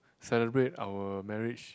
celebrate our marriage